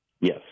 Yes